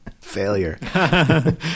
Failure